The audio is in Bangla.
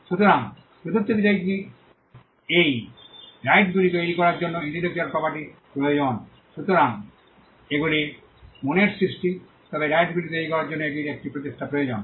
সুতরাং চতুর্থ বিষয়টি এই রাইটসগুলি তৈরি করার জন্য ইন্টেলেকচুয়াল প্রপার্টি প্রয়োজন সুতরাং এগুলি মনের সৃষ্টি তবে এই রাইটসগুলি তৈরি করার জন্য এটির একটি প্রচেষ্টা প্রয়োজন